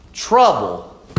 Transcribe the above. Trouble